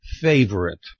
favorite